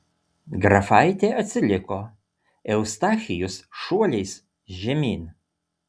grafaitė atsiliko eustachijus šuoliais žemyn